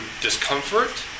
discomfort